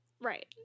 Right